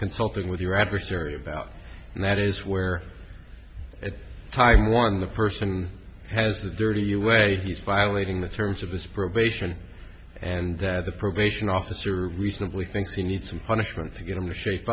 consulting with your adversary about and that is where a time one the person has the dirty you way he's violating the terms of his probation and that the probation officer reasonably thinks he needs some punishment to get into shape